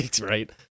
right